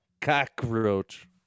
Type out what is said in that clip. Cockroach